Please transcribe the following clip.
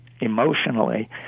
emotionally